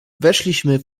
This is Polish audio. weszliśmy